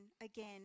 again